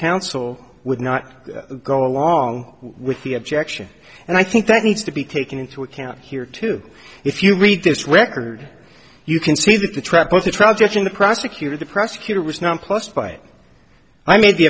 counsel would not go along with the objection and i think that needs to be taken into account here too if you read this record you can see that the track both the trial judge and the prosecutor the prosecutor was nonplussed by i made the